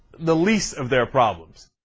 the lease of their problems